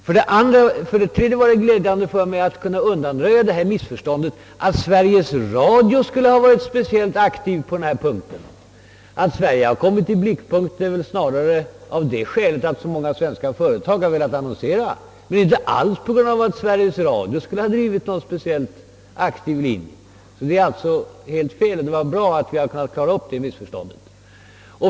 För det tredje var det glädjande att jag kunde undanröja missförståndet att Sveriges Radio skulle ha varit särskilt aktiv på denna punkt. Skälet till att Sverige kommit i blickpunkten har snarare varit att så många svenska företag velat annonsera. Denna uppfattning om aktiviteten är alltså helt felaktig, och det är bra att vi kunnat klara upp detta missförstånd.